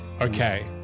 Okay